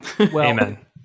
Amen